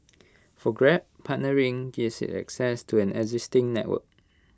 for grab partnering gives IT access to an existing network